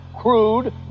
crude